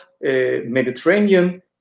Mediterranean